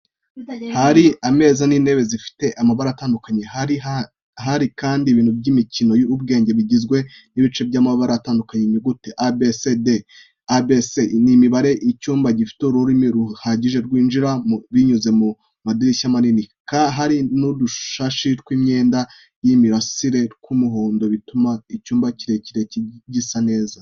Hari ameza n'intebe zifite amabara atandukanye, hari kandi ibintu by'imikino y'ubwenge bigizwe n'ibice by'amabara atandukanye, inyuguti A, B, C n'imibare. Icyumba gifite urumuri ruhagije rwinjira binyuze mu madirishya manini, hari n’udushashi tw’imyenda y’imirasire tw’umuhondo, bituma icyumba kirekire gisa neza .